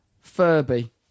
Furby